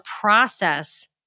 process